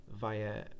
via